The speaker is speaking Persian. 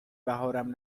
بهارم